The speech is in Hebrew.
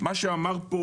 מה שאמר פה